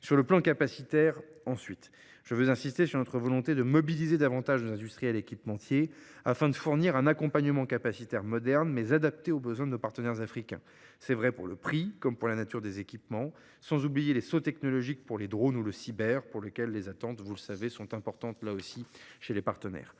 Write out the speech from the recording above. de vue capacitaire, ensuite, je veux insister sur notre volonté de mobiliser davantage nos industriels et équipementiers, afin de fournir un accompagnement capacitaire moderne, mais adapté aux besoins de nos partenaires africains. C’est vrai pour le prix comme pour la nature des équipements, sans oublier les sauts technologiques pour les drones ou le cyber, envers lesquels les attentes sont importantes. Le délégué général